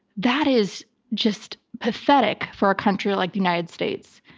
that is just pathetic for a country like the united states.